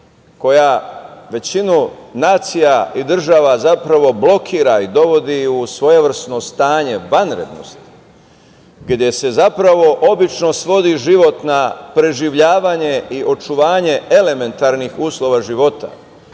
koja većinu nacija i država zapravo blokira i dovodi u svojevrsno stanje vanrednosti, gde se zapravo obično svodi život na preživljavanje i očuvanje elementarnih uslova života.